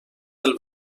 del